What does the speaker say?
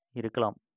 இருக்கலாம்